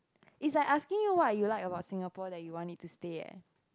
is like asking you what you like about Singapore that you want it to stay eh